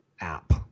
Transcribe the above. app